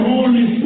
Holy